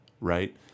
right